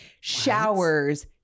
showers